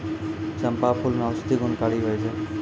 चंपा फूल मे औषधि गुणकारी होय छै